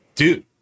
Dude